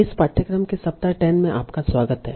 इस पाठ्यक्रम के सप्ताह 10 में आपका स्वागत है